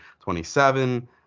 27